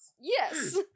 Yes